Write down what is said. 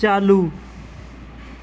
चालू